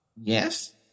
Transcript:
Yes